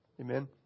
Amen